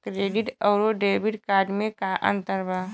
Credit अउरो debit card मे का अन्तर बा?